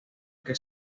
que